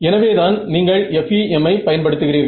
எனவே தான் நீங்கள் FEMஐ பயன்படுத்துகிறீர்கள்